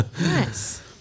Nice